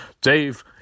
Dave